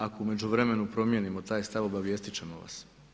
Ako u međuvremenu promijenimo taj stav, obavijestit ćemo vas.